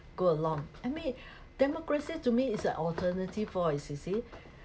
go along I mean democracy to me is an alternative voice you see